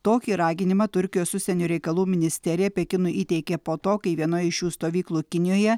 tokį raginimą turkijos užsienio reikalų ministerija pekinui įteikė po to kai vienoj iš šių stovyklų kinijoje